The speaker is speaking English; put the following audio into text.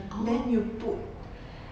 then you put